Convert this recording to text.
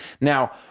Now